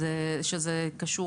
שזה קשור